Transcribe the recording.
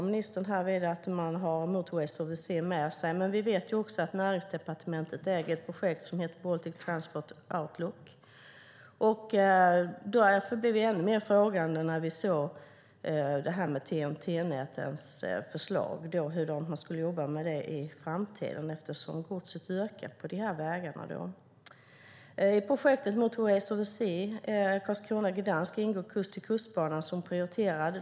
Ministern sade att man har Motorways of the Sea med sig, men vi vet också att Näringsdepartementet äger ett projekt som heter Baltic Transport Outlook. Vi blev därför ännu mer frågande när vi såg TEN-T-förslagen om hur man skulle jobba med det i framtiden eftersom godsen ökar på dessa vägar. I projektet Motorways of the Sea Karlskrona-Gdansk ingår Kust-till-kust-banan som prioriterad.